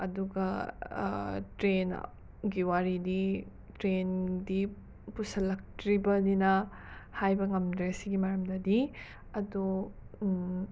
ꯑꯗꯨꯒ ꯇ꯭ꯔꯦꯟ ꯒꯤ ꯋꯥꯔꯤꯗꯤ ꯇ꯭ꯔꯦꯟꯗꯤ ꯄꯨꯁꯜꯂꯛꯇ꯭ꯔꯤꯕꯅꯤꯅ ꯍꯥꯏꯕ ꯉꯝꯗ꯭ꯔꯦ ꯁꯤꯒꯤ ꯃꯔꯝꯗꯗꯤ ꯑꯗꯣ